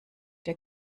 der